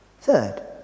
Third